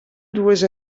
dues